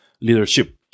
Leadership